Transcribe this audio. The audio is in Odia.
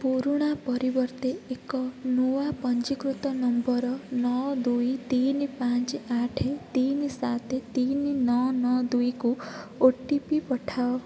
ପୁରୁଣା ପରିବର୍ତ୍ତେ ଏକ ନୂଆ ପଞ୍ଜୀକୃତ ନମ୍ବର ନଅ ଦୁଇ ତିନି ପାଞ୍ଚ ଆଠ ତିନି ସାତ ତିନି ନଅ ନଅ ଦୁଇକୁ ଓ ଟି ପି ପଠାଅ